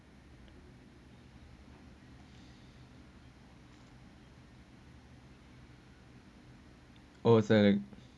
oh sorry